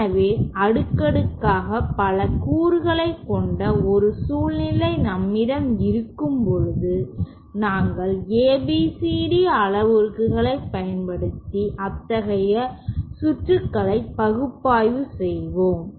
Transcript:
எனவே அடுக்கடுக்காக பல கூறுகளைக் கொண்ட ஒரு சூழ்நிலை நம்மிடம் இருக்கும்போது நாங்கள் ABCD அளவுருக்களை பயன்படுத்தி அத்தகைய சுற்றுகளை பகுப்பாய்வு செய்கிறோம்